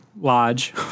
lodge